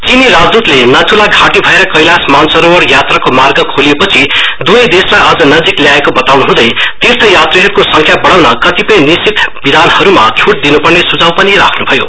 चीनी राजदूतले नथुला घाटी भएर कैलाश मानसरोवर यात्राको मार्ग खोलिएपछि दुवै देशलाई अझ नजिक ल्याएको बताउनु हुँदै तीर्थ यात्रीहरूको संख्या बढ़ाउन कतिपय निश्चित विधानहरूमा छुट दिनु पर्ने सुझाव पनि राख्नु भयो